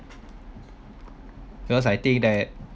because I think that